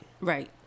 Right